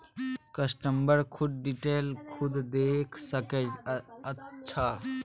customer खुद detail खुद देख सके अच्छा